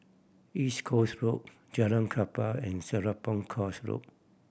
East Coast Road Jalan Klapa and Serapong Course Road